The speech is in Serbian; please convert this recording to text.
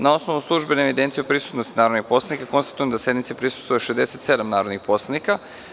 Na osnovu službene evidencije o prisutnosti narodnih poslanika, konstatujem da sednici prisustvuje 67 narodnih poslanika.